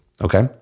Okay